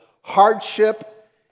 hardship